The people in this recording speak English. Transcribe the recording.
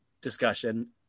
discussion